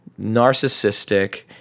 narcissistic